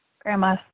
grandma